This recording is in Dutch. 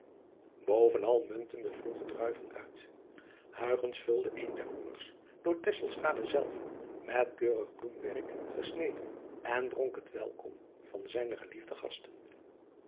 bovenal muntten de vroege druiven uit vulde een der roemers door zelve met keurig bloemwerk gesneden en dronk het welkom van zijne geliefde gasten